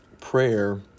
Prayer